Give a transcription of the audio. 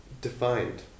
defined